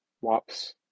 wops